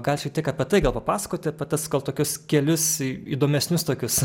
gal šiek tiek apie tai gal papasakoti pats gal tokius kelius įdomesnius tokius